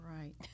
right